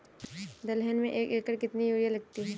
दलहन में एक एकण में कितनी यूरिया लगती है?